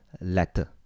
letter